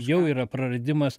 jau yra praradimas